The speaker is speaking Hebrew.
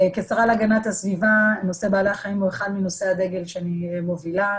כשרה להגנת הסביבה נושא בעלי החיים הוא אחד מנושאי הדגל שאני מובילה,